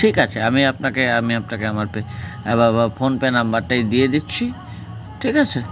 ঠিক আছে আমি আপনাকে আমি আপনাকে আমার পে ফোনপে নাম্বারটাই দিয়ে দিচ্ছি ঠিক আছে